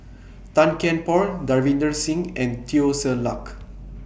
Tan Kian Por Davinder Singh and Teo Ser Luck